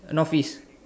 north east